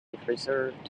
preserved